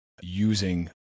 using